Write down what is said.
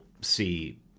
see